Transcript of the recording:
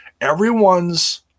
Everyone's